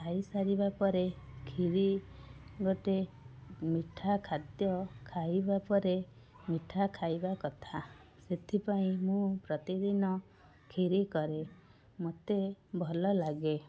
ଖାଇ ସାରିବା ପରେ କ୍ଷୀରି ଗୋଟେ ମିଠା ଖାଦ୍ୟ ଖାଇବା ପରେ ମିଠା ଖାଇବା କଥା ସେଥିପାଇଁ ମୁଁ ପ୍ରତିଦିନ କ୍ଷୀରି କରେ ମୋତେ ଭଲ ଲାଗେ